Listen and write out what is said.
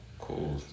cool